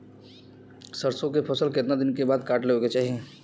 सरसो के फसल कितना दिन के बाद काट लेवे के चाही?